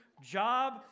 job